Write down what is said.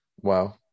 wow